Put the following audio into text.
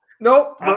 Nope